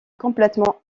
complètement